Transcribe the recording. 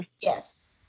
yes